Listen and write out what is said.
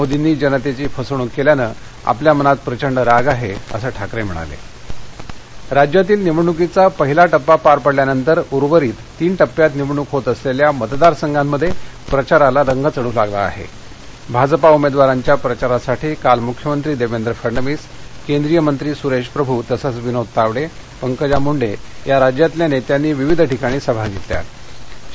मोदींनी जनतद्यी फसवणूक कल्यानं आपल्या मनात प्रचंड राग आह असं ठाकर हिणाल प्रचार राज्यातील निवडणुकीचा पहिला टप्पा पार पडल्यानंतर उर्वरित तीन टप्प्यात निवडणुक होत असलख्खा मतदारसंघांमध्यप्रिचाराला रंग चढू लागला आह आजपा उमध्वारांच्या प्रचारासाठी काल मुख्यमंत्री दक्षेक फडणवीस केंद्रीय मंत्री सुरू प्रभू तसंच विनोद तावड धिकजा मुंडव्री राज्यातल्या नख्यांनी विविध ठिकाणी सभा घरकिया